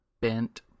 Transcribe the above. bent